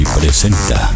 presenta